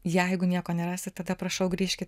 jeigu nieko nerasit tada prašau grįžkit